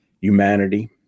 humanity